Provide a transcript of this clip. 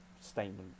statement